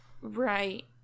right